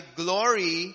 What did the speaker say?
glory